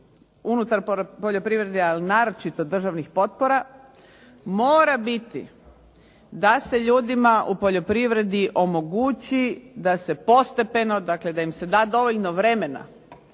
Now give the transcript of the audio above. unutar poljoprivrede, ali naročito državnih potpora mora biti da se ljudima u poljoprivredi omogući da se postepeno, dakle da im se da dovoljno vremena